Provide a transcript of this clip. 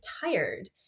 tired